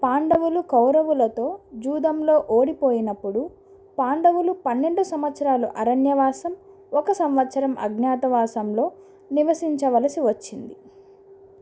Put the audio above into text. పాండవులు కౌరవులతో జూదంలో ఓడిపోయినప్పుడు పాండవులు పన్నెండు సంవత్సరాలు అరణ్యవాసం ఒక సంవత్సరం అజ్ఞాతవాసంలో నివసించవలసి వచ్చింది